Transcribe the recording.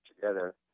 together